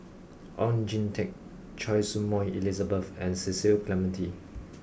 Oon Jin Teik Choy Su Moi Elizabeth and Cecil Clementi